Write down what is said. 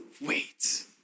wait